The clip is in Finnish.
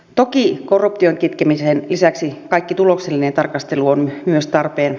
toki korruption kitkemisen lisäksi kaikki tuloksellinen tarkastelu on myös tarpeen